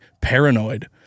paranoid